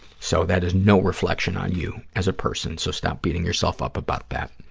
so that is no reflection on you as a person, so stop beating yourself up about that.